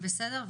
בסדר,